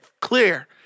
clear